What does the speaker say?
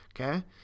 okay